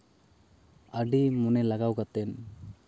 ᱟᱹᱰᱤ ᱢᱚᱱᱮ ᱞᱟᱜᱟᱣ ᱠᱟᱛᱮᱫ